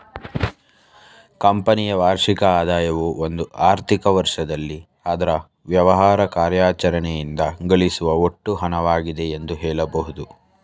ಕಂಪನಿಯ ವಾರ್ಷಿಕ ಆದಾಯವು ಒಂದು ಆರ್ಥಿಕ ವರ್ಷದಲ್ಲಿ ಅದ್ರ ವ್ಯವಹಾರ ಕಾರ್ಯಾಚರಣೆಯಿಂದ ಗಳಿಸುವ ಒಟ್ಟು ಹಣವಾಗಿದೆ ಎಂದು ಹೇಳಬಹುದು